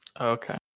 okay